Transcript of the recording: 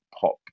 pop